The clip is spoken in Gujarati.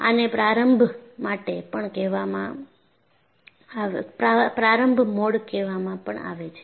આને પ્રારંભ મોડ પણ કહેવામાં આવે છે